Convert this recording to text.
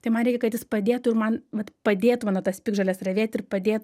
tai man reikia kad jis padėtų ir man vat padėtų mano tas piktžoles ravėt ir padėt